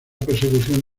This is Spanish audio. persecución